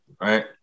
right